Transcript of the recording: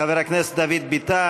חבר הכנסת דוד ביטן.